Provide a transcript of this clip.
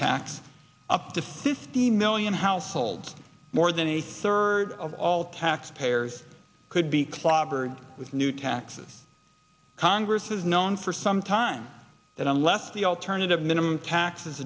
tax up to fifteen million households more than a third of all taxpayers could be clobbered with new taxes congress is known for some time that unless the alternative minimum tax